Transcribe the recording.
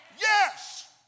Yes